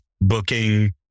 booking